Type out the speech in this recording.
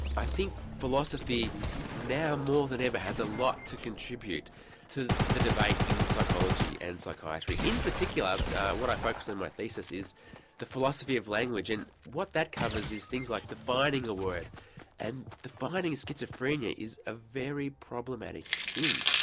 i think philosophy now more than ever has a lot to contribute to the debate in psychology and psychiatry. in particular what i focussed on in my thesis is the philosophy of language, and what that covers is things like defining a word and defining schizophrenia is a very problematic thing.